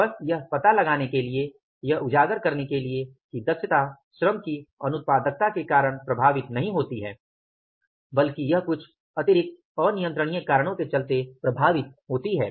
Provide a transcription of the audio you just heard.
बस यह पता लगाने के लिए यह उजागर करने के लिए कि दक्षता श्रम की अनुत्पादकता के कारण प्रभावित नहीं होती है बल्कि यह कुछ अतिरिक्त अनियंत्रणिय कारणों के चलते प्रभावित होती है